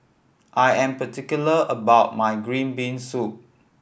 I am particular about my green bean soup